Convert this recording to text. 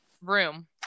room